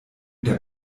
der